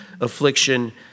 affliction